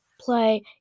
play